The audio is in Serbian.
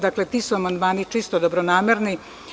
Dakle, ti su amandmani čisto dobronamerni.